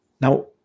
Now